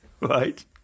Right